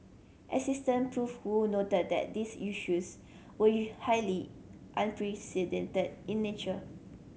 Assistant Prof Woo noted that these issues were highly unprecedented in nature